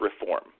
reform